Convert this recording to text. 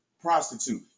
prostitute